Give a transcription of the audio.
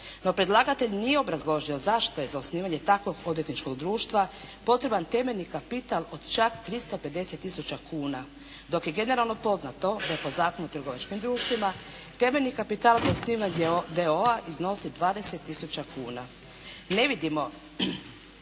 no predlagatelj nije obrazložio zašto je za osnivanje takvog odvjetničkog društva potreban temeljni kapital od čak 350 tisuća kuna, dok je generalno poznato da po Zakonu o trgovačkim društvima temeljni kapital za osnivanje d.o.o.-a iznosi 20 tisuća kuna. Ne vidimo